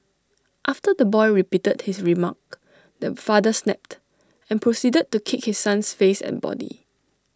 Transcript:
after the boy repeated his remark the father snapped and proceeded to kick his son's face and body